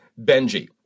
Benji